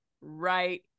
right